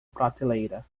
prateleira